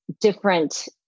different